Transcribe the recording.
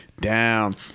down